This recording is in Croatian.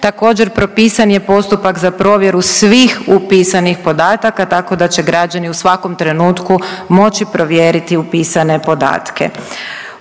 Također propisan je postupak za provjeru svih upisanih podataka tako da će građani u svakom trenutku moći provjeriti upisane podatke.